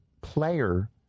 player